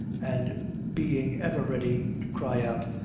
and being ever ready to cry out,